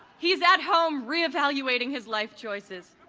he's at home re-evaluating his life choices.